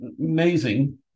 Amazing